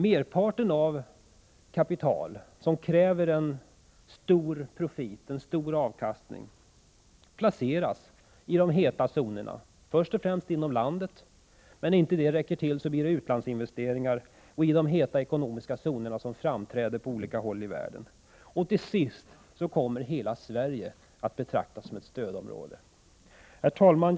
Merparten av kapital som kräver en stor profit, en stor avkastning, placeras i de heta zonerna — först och främst inom landet, men när inte det räcker till blir det utlandsinvesteringar i de heta ekonomiska zoner som uppstår på olika håll i världen. Till sist kommer hela Sverige att betraktas som ett stödområde. Herr talman!